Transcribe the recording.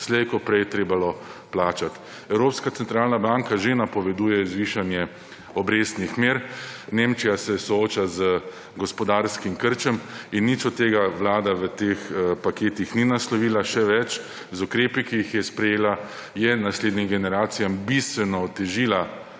slej ko prej trebalo plačati. Evropska centralna banka že napoveduje zvišanje obrestnih mer. Nemčija se sooča z gospodarskim krčem. In nič od tega Vlada v teh paketih ni naslovila. Še več, z ukrepi, ki jih je sprejela, je naslednjim generacijam bistveno otežila